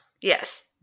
Yes